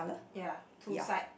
yes two side